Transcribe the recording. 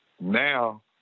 Now